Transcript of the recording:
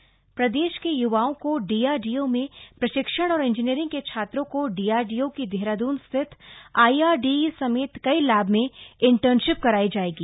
DRDO CM प्रदेश के युवाओं को डीआरडीओ में प्रशिक्षण और इंजीनियरिंग के छात्रों को डीआरडीओ की देहरादून स्थित आईआरडीई समेत कई लैब में इंटर्नशिप कराई जाएगी